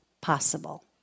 possible